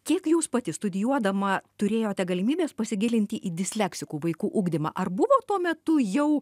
kiek jūs pati studijuodama turėjote galimybę pasigilinti į disleksikų vaikų ugdymą ar buvo tuo metu jau